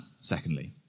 secondly